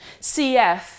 CF